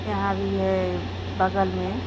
यहाँ भी है बग़ल में